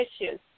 issues